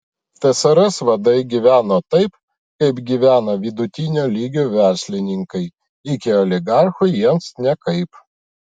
tsrs vadai gyveno taip kaip gyvena vidutinio lygio verslininkai iki oligarchų jiems niekaip